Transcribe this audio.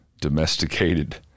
domesticated